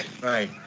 Right